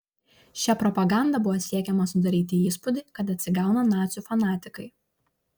šia propaganda buvo siekiama sudaryti įspūdį kad atsigauna nacių fanatikai